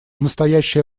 настоящее